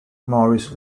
morris